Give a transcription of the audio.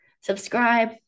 subscribe